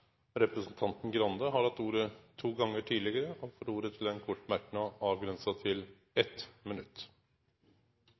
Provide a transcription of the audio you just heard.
Representanten Trine Skei Grande har hatt ordet to gonger tidlegere og får ordet til ein kort merknad, avgrensa til